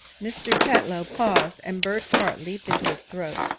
mr. tetlow paused and bert's heart leaped into his throat.